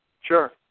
sure